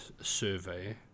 survey